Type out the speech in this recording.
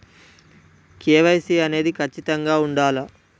KYC అనేది ఖచ్చితంగా ఉండాలా?